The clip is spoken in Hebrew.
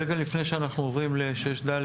רגע לפני שאנחנו עוברים ל-6ד,